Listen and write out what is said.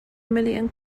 million